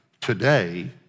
today